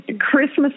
Christmas